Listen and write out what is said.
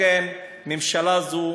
לכן הממשלה הזאת,